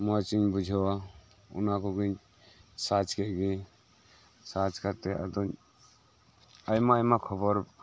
ᱢᱚᱪᱤᱧ ᱵᱩᱡᱷᱟᱹᱣᱟ ᱚᱱᱟ ᱠᱚᱜᱮᱧ ᱥᱟᱪ ᱜᱮᱜ ᱜᱮ ᱥᱟᱪ ᱠᱟᱛᱮᱜ ᱟᱫᱚᱧ ᱟᱭᱢᱟ ᱟᱭᱢᱟ ᱠᱷᱚᱵᱚᱨ